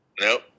Nope